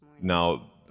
Now